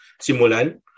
simulan